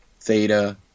theta